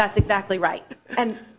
that's exactly right and